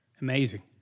Amazing